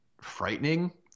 frightening